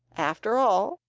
after all,